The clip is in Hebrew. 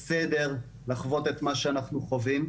זה בסדר לחוות את מה שאנחנו חווים.